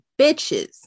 bitches